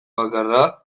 bakarra